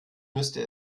müsste